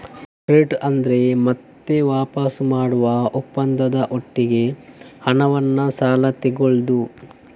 credit ಅಂದ್ರೆ ಮತ್ತೆ ವಾಪಸು ಮಾಡುವ ಒಪ್ಪಂದದ ಒಟ್ಟಿಗೆ ಹಣವನ್ನ ಸಾಲ ತಗೊಳ್ಳುದು